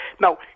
Now